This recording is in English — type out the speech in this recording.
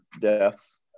deaths